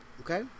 okay